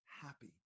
happy